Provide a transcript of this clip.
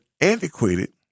antiquated